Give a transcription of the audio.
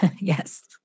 Yes